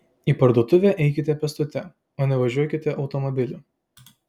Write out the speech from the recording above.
į parduotuvę eikite pėstute o ne važiuokite automobiliu